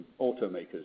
automakers